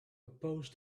oppose